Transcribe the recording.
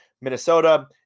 Minnesota